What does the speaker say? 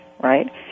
right